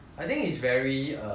very stale